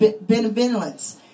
benevolence